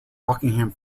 rockingham